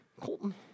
Colton